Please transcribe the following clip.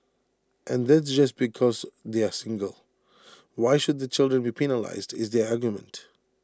and that just because they are single why should their children be penalised is their argument